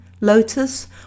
lotus